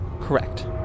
Correct